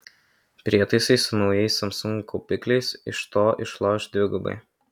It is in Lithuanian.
prietaisai su naujais samsung kaupikliais iš to išloš dvigubai